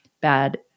bad